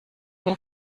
will